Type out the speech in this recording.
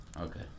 Okay